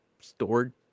stored